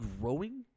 growing